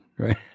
right